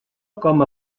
com